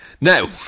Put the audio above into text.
Now